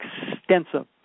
extensive